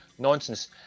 Nonsense